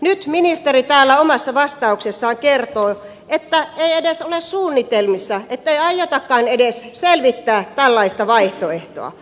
nyt ministeri täällä omassa vastauksessaan kertoo että ei edes ole suunnitelmissa ei aiotakaan edes selvittää tällaista vaihtoehtoa